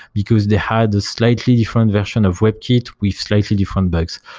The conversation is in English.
because they had a slightly different version of webkit, with slightly different bugs.